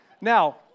Now